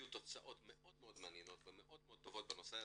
יהיו תוצאות מאוד מעניינות ומאוד טובות בנושא הזה,